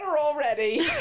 already